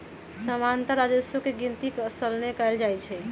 सामान्तः राजस्व के गिनति सलने कएल जाइ छइ